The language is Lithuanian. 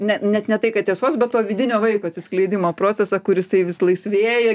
ne net ne tai kad tiesos bet to vidinio vaiko atsiskleidimo procesą kur jisai vis laisvėja